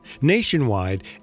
Nationwide